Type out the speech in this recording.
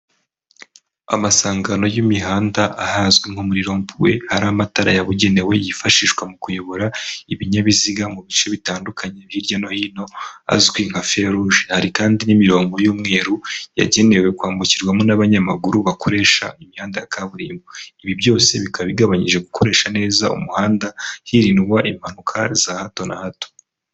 Amasangano y'imihanda ahazwi nko muri rompuwe, hari amatara yabugenewe yifashishwa mu kuyobora ibinyabiziga mu bice bitandukanye hirya no hino azwi nka feruje. Hari kandi n'imirongo y'umweru yagenewe kwambukirwamo n'abanyamaguru bakoresha imihanda ya kaburimbo. Ibi byose bikaba bigabanyije gukoresha neza umuhanda, hirindwa impanuka za hato na hato.